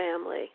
family